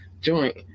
joint